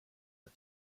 but